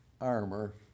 armor